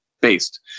based